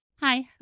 Hi